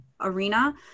arena